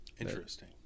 Interesting